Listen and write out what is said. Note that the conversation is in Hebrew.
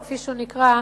או כפי שהוא נקרא: